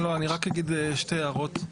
אני רק אגיד שתי הערות.